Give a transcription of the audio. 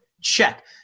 Check